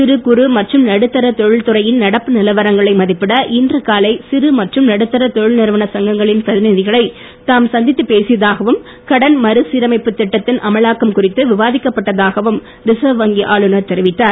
சிறுகுறு மற்றும் நடுத்தர தொழில் துறையின் நடப்பு நிலவரங்களை மதிப்பிட இன்று காலை சிறு மற்றும் நடுத்தர தொழில் நிறுவன சங்கங்களின் பிரதிநிதிகளை தாம் சந்தித்துப் பேசியதாகவும் கடன் மறுசீரமைப்பு திட்டத்தின் அமலாக்கம் குறித்து விவாதிக்கப்பட்டதாகவும் ரிசர்வ் வங்கி ஆளுநர் தெரிவித்தார்